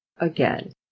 again